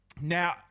now